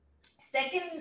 second